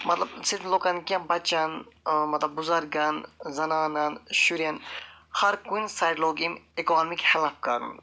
مطلب صِرف لوٗکن نہٕ کیٚنٛہہ بچن آ مطلب بُزرگن زنانن شُرٮ۪ن ہرٕ کُنہِ سایڈٕ لوگ أمۍ ایکنامِک ہیٚلپ کَرُن